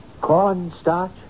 cornstarch